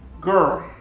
Girl